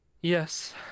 Yes